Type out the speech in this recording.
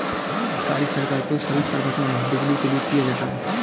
काली तार का उपयोग सभी परिपथों में बिजली के लिए किया जाता है